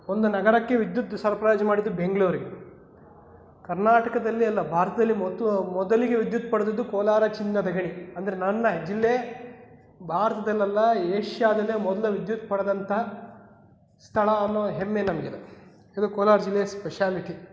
ಒಂದು ನಗರಕ್ಕೆ ವಿದ್ಯುತ್ ಸರಬರಾಜು ಮಾಡಿದ್ದು ಬೆಂಗಳೂರಿಗೆ ಕರ್ನಾಟಕದಲ್ಲಿ ಅಲ್ಲ ಭಾರತದಲ್ಲಿ ಮೊತ್ತು ಮೊದಲಿಗೆ ವಿದ್ಯುತ್ ಪಡೆದಿದ್ದು ಕೋಲಾರ ಚಿನ್ನದ ಗಣಿ ಅಂದರೆ ನನ್ನ ಜಿಲ್ಲೆ ಭಾರತದಲ್ಲೆಲ್ಲ ಏಷ್ಯಾದಲ್ಲೇ ಮೊದಲ ವಿದ್ಯುತ್ ಪಡೆದಂತಹ ಸ್ಥಳ ಅನ್ನೋ ಹೆಮ್ಮೆ ನಮಗಿದೆ ಇದು ಕೋಲಾರ ಜಿಲ್ಲೆಯ ಸ್ಪೆಷಾಲಿಟಿ